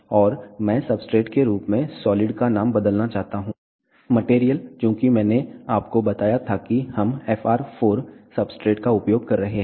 और मैं सब्सट्रेट के रूप में सॉलिड का नाम बदलना चाहता हूं मटेरियल चूंकि मैंने आपको बताया था कि हम FR 4 सब्सट्रेट का उपयोग कर रहे हैं